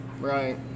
Right